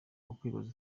wakwibaza